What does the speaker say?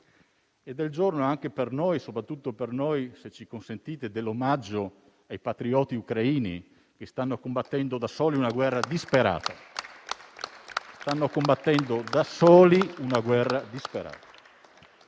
è il giorno anche per noi, soprattutto per noi, se ce lo consentite, dell'omaggio ai patrioti ucraini che stanno combattendo, da soli, una guerra disperata. Stanno combattendo, da soli, una guerra disperata!